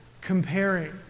comparing